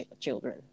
children